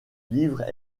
livre